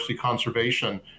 conservation